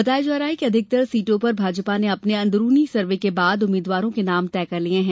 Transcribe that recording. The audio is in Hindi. बताया जाता है कि अधिकतर सीटों पर भाजपा ने अपने अंदरूनी सर्वे के बाद उम्मीद्वारों के नाम तय कर लिए हैं